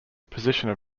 position